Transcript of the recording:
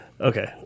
Okay